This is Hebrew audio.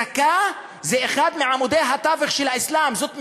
זאכּה זה אחד מעמודי התווך של האסלאם, זאת מצווה.